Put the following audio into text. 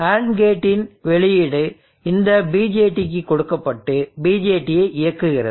AND கேட்டின் வெளியீடு இந்த BJTக்கு கொடுக்கப்பட்டு BJTயை இயக்குகிறது